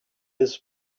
this